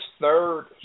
third